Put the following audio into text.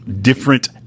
different